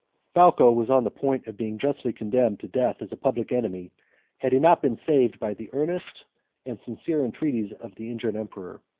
falco was on the point of being justly condemned to death as a public enemy had he not been saved by the earnest and sincere entreaties of the injured emperor,